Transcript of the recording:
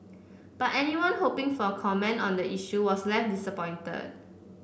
but anyone hoping for a comment on the issue was left disappointed